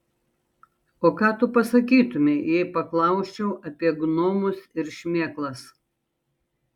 o ką tu pasakytumei jei paklausčiau apie gnomus ir šmėklas